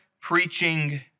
preaching